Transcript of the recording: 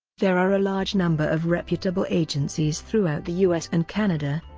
there are a large number of reputable agencies throughout the u s. and canada,